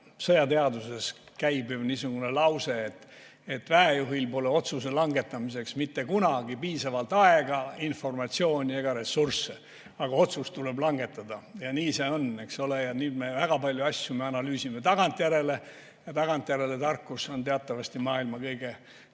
sõjateaduses käibiv lause, et väejuhil pole otsuse langetamiseks mitte kunagi piisavalt aega, informatsiooni ega ressursse, aga otsus tuleb langetada. Ja nii see on, eks ole, ja nüüd me väga paljusid asju analüüsime tagantjärele. Tagantjärele tarkus on teatavasti maailma kõige